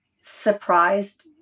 surprised